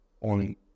on